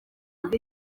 imana